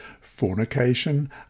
fornication